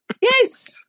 Yes